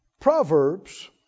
Proverbs